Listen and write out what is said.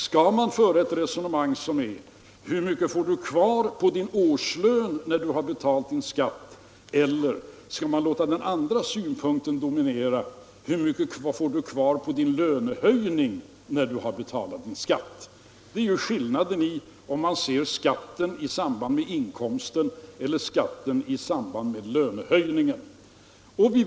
Skall man föra ett resonemang som lyder: Hur mycket får du kvar på din årslön när du har betalt din skatt? Eller skall man låta den andra synpunkten dominera: Vad får du kvar av din lönehöjning när du har betalat din skatt? Det är skillnaden mellan att se skatten i samband med inkomsten och att se skatten i samband med lönehöjningen.